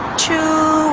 to